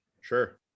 sure